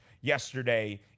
yesterday